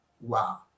wow